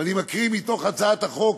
ואני מקריא מתוך הצעת החוק,